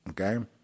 Okay